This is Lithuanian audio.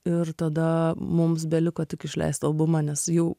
ir tada mums beliko tik išleist albumą nes jau